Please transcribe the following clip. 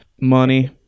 money